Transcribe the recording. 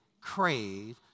crave